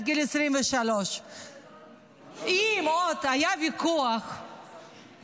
עד גיל 23. אם עוד היה ויכוח בכנסת